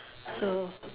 so